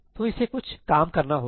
तो इसे कुछ काम करना होगा